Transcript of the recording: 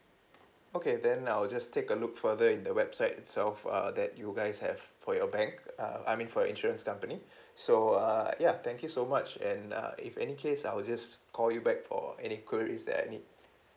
okay then I'll just take a look further in the website itself err that you guys have for your bank err I mean for your insurance company so uh ya thank you so much and uh if any case I'll just call you back for any queries that I need